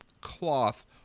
cloth